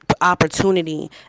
opportunity